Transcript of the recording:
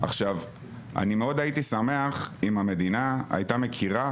אני מאוד הייתי שמח אם המדינה היתה מכירה